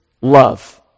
love